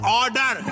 order